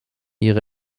ihre